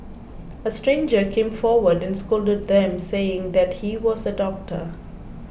a stranger came forward and scolded them saying that he was a doctor